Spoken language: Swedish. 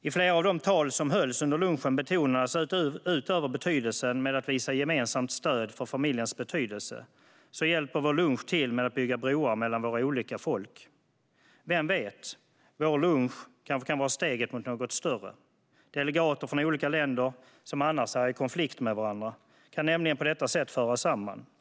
I flera av de tal som hölls under lunchen betonades att vår lunch, utöver betydelsen av att visa gemensamt stöd för familjens betydelse, hjälper till att bygga broar mellan våra olika folk. Vem vet - vår lunch kanske kan vara steget mot något större? Delegater från olika länder som annars är i konflikt med varandra kan nämligen på detta sätt föras samman.